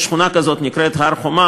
יש שכונה כזאת, היא נקראת הר-חומה.